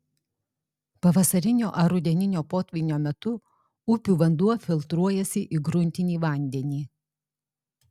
pavasarinio ar rudeninio potvynio metu upių vanduo filtruojasi į gruntinį vandenį